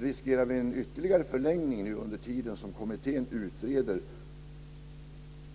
Riskerar vi nu en ytterligare förlängning under den tid som kommittén utreder